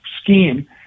scheme